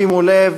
שימו לב